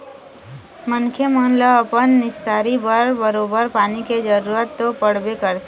मनखे मन ल अपन निस्तारी बर बरोबर पानी के जरुरत तो पड़बे करथे